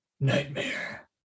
Nightmare